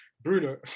Bruno